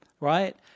right